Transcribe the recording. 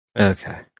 Okay